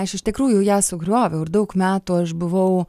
aš iš tikrųjų ją sugrioviau ir daug metų aš buvau